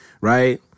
right